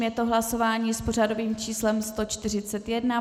Je to hlasování s pořadovým číslem 141.